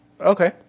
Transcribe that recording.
Okay